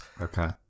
Okay